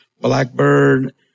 Blackbird